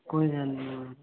कोई गल्ल नेईं